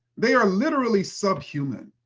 they are literally subhuman.